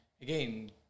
again